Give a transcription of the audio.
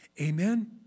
Amen